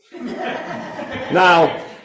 Now